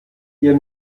ihr